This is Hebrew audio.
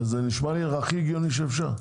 זה נשמע לי הכי הגיוני שאפשר,